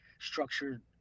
structured